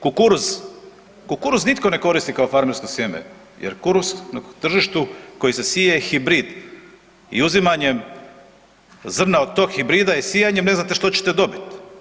Kukuruz, kukuruz nitko ne koristi kao farmersko sjeme jer kukuruz na tržištu koje se sije je hibrid i uzimanjem zrna od tog hibrida i sijanjem ne znate što ćete dobit.